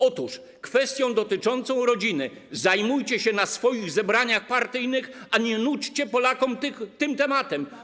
Otóż kwestią dotyczącą rodziny zajmujcie się na swoich zebraniach partyjnych, a nie nudźcie Polaków tym tematem.